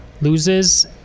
loses